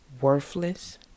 worthless